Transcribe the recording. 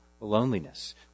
loneliness